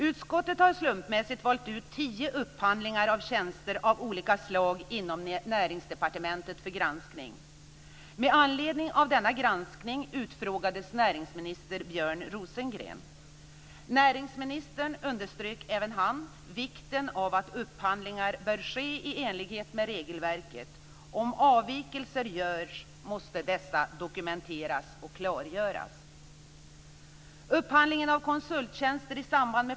Utskottet har slumpmässigt valt ut tio upphandlingar av tjänster av olika slag inom Näringsdepartementet för granskning. Med anledning av denna granskning utfrågades näringsminister Björn Rosengren. Även näringsministern underströk vikten av att upphandlingar bör ske i enlighet med regelverket. Om avvikelser görs måste dessa dokumenteras och klargöras.